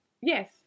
Yes